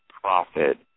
profit